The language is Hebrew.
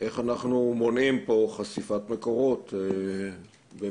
איך אנחנו מונעים פה חשיפת מקורות אם